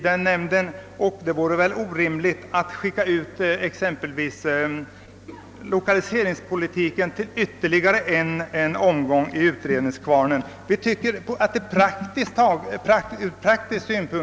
Det måste då ur praktiska synpunkter vara olämpligt att skicka ut lokaliseringspolitiken till ytterligare en omgång i utredningskvarnen.